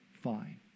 fine